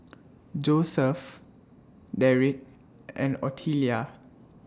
Joeseph Derick and Otelia